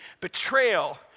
betrayal